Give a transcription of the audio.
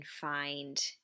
find